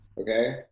okay